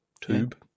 tube